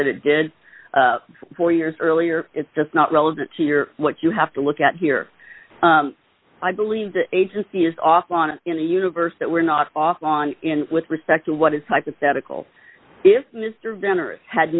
that it did four years earlier it's just not relevant to your what you have to look at here i believe the agency is off on it in the universe that we're not off on with respect to what is hypothetical if mr venner it had